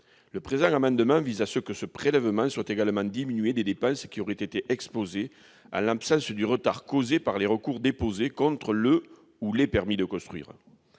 Le présent amendement vise à ce que ce prélèvement soit également diminué des dépenses qui auraient été exposées en l'absence du retard causé par les recours déposés contre le ou les permis de construire.